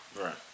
Right